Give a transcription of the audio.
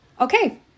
okay